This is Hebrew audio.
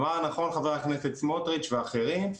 אמר נכון ח"כ סמוטריץ' ואחרים,